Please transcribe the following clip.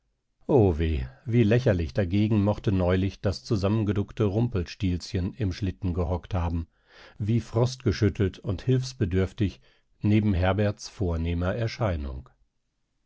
o weh wie lächerlich dagegen mochte neulich das zusammengeduckte rumpelstilzchen im schlitten gehockt haben wie frostgeschüttelt und hilfsbedürftig neben herberts vornehmer erscheinung